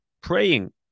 Praying